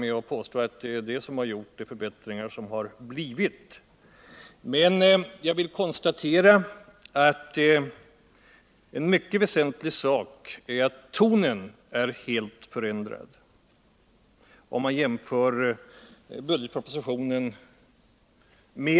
Men jag vill konstatera som en mycket väsentlig sak att tonen i den senaste regeringspropositionen och finansutskottets betänkande är helt förändrad i jämförelse med budgetpropositionen.